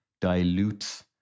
dilutes